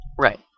Right